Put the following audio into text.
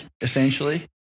essentially